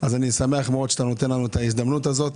אני שמח מאוד שאתה נותן לנו את ההזדמנות הזו.